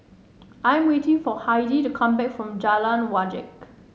I am waiting for Heidy to come back from Jalan Wajek